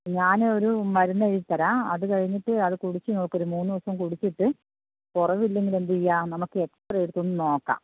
ഞാൻ ഒരു മരുന്ന് എഴുതി തരാം അത് കഴിഞ്ഞിട്ട് അത് കുടിച്ച് നോക്ക് ഒരു മൂന്ന് ദിവസം കുടിച്ചിട്ട് കുറവില്ലെങ്കിൽ എന്ത് ചെയ്യാം നമുക്ക് എക്സറേ എടുത്ത് ഒന്ന് നോക്കാം